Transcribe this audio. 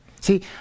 See